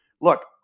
look